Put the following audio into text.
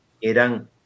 eran